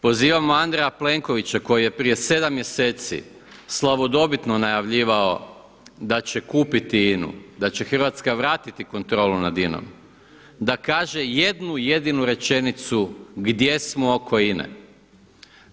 Pozivamo Andreja Plenkovića koji je prije sedam mjeseci slavodobitno najavljivao da će kupiti INA-u, da će Hrvatska vratiti kontrolu nad INA-om, da kaže jednu jedinu rečenicu gdje smo oko INA-e.